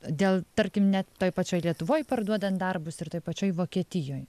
dėl tarkim net toj pačioj lietuvoj parduodant darbus ir toj pačioj vokietijoj